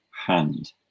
hand